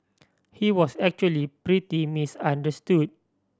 he was actually pretty misunderstood